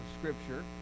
scripture